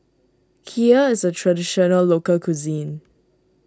Kheer is a Traditional Local Cuisine